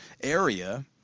area